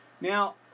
Now